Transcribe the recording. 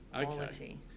quality